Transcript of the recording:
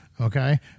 Okay